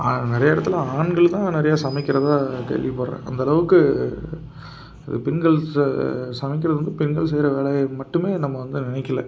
நிறைய இடத்துல ஆண்கள் தான் நிறைய சமைக்கிறதாக கேள்வி படுகிறேன் அந்த அளவுக்கு பெண்கள் ச சமைக்கிறது வந்து பெண்கள் செய்ற வேலைகள் மட்டுமே நம்ம வந்து நினைக்கல